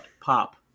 Pop